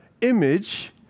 image